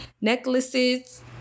necklaces